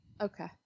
Okay